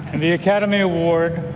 the academy award.